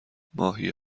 ماهی